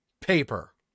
paper